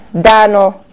Dano